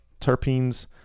terpenes